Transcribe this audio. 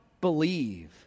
believe